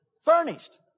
Furnished